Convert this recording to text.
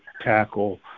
tackle